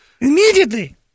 Immediately